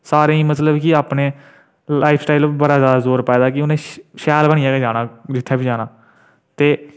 सारें गी मतलब लाईफ स्टाइल पर बड़ा मता जोर पाए दा कि उ'नें शैल बनियै गै जाना जित्थै बी जाना ते